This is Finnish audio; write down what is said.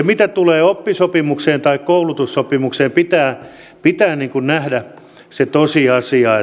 mitä tulee oppisopimukseen tai koulutussopimukseen pitää pitää nähdä se tosiasia